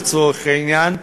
לצורך העניין,